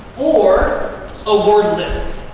or a word list